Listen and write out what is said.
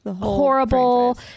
horrible